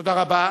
תודה רבה.